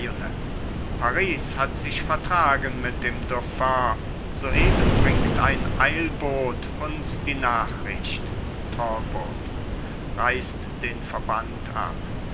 paris hat sich vertragen mit dem dauphin soeben bringt ein eilbot uns die nachricht talbot reißt den verband ab